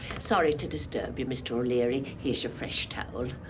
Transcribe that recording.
sorry to disturb you, mr. o'leary. here's your fresh towel.